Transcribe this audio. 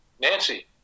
Nancy